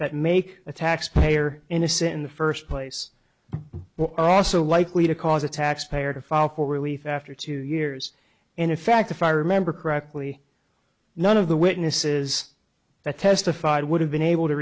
that make a taxpayer innocent in the first place were also likely to cause a taxpayer to file for relief after two years and in fact if i remember correctly none of the witnesses that testified would have been able to